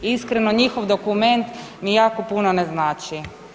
Iskreno, njihov dokument mi jako puno ne znači.